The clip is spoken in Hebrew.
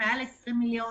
מעל 20 מיליון